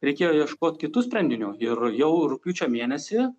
reikėjo ieškot kitų sprendinių ir jau rugpjūčio mėnesį